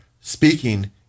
speaking